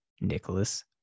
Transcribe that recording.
Nicholas